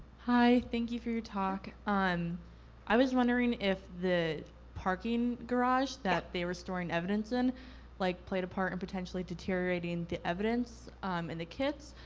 hi, thank you for your talk. i i was wondering if the parking garage that they were storing evidence in like played a part in potentially deteriorating the evidence um in the kits,